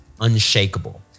unshakable